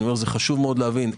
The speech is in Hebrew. חשוב מאוד להבין.